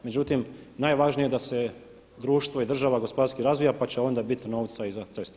Međutim, najvažnije je da se društvo i država gospodarski razvija pa će onda biti novca i za ceste.